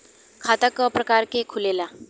खाता क प्रकार के खुलेला?